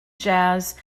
jazz